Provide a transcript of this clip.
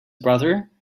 brother